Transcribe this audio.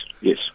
Yes